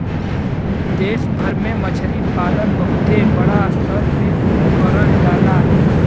देश भर में मछरी पालन बहुते बड़ा स्तर पे करल जाला